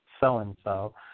so-and-so